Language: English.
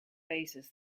bases